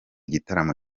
gitaramo